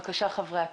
בבקשה, חברי הכנסת.